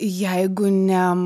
jeigu ne